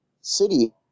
city